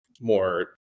more